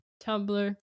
Tumblr